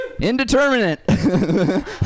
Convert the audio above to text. Indeterminate